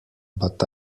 but